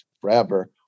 forever